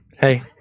Hey